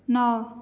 ନଅ